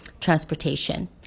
transportation